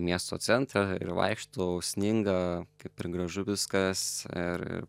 miesto centrą ir vaikštau sninga kaip ir gražu viskas ir ir